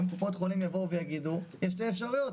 קופות חולים יבואו ויגידו שיש שתי אפשרויות,